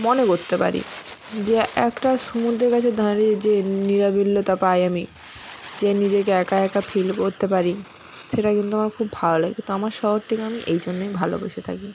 মনে করতে পারি যে একটা সমুদ্রের কাছে দাঁড়িয়ে যে নিরাবতা পায় আমি যে নিজেকে একা একা ফিল করতে পারি সেটা কিন্তু আমার খুব ভালো লাগে তো আমার শহরটিকে আমি এই জন্যই ভালোবেসে থাকি